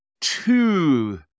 two